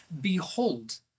behold